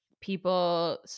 people –